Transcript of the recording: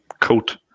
coat